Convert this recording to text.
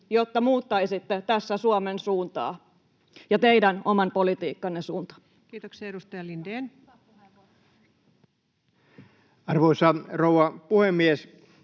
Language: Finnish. jotta muuttaisitte tässä Suomen suuntaa ja teidän oman politiikkanne suuntaa. Kiitoksia. — Edustaja Lindén. Arvoisa rouva puhemies!